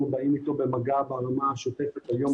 באים איתו במגע ברמה השוטפת היום-יומית.